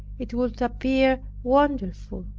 it would appear wonderful.